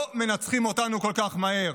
לא מנצחים אותנו כל כך מהר.